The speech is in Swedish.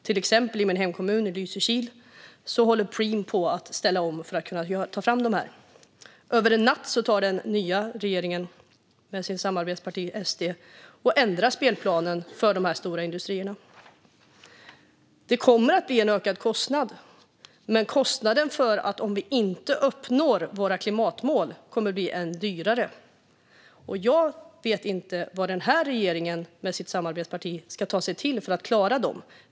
I min hemkommun Lysekil, till exempel, håller Preem på att ställa om för att kunna ta fram sådana. Men över en natt ändrar regeringen med sitt samarbetsparti SD spelplanen för dessa stora industrier. Det kommer att bli en ökad kostnad, men kostnaden om man inte uppnår klimatmålen blir ännu högre. Jag vet inte vad regeringen och dess samarbetsparti ska ta sig till för att klara målen.